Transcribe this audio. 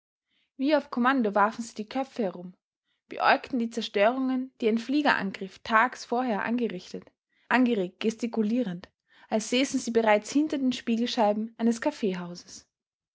wie auf kommando warfen sie die köpfe herum beäugten die zerstörungen die ein fliegerangriff tags vorher angerichtet angeregt gestikulierend als säßen sie bereits hinter den spiegelscheiben eines kaffeehauses